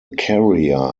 carrier